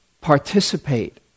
participate